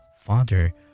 Father